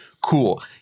cool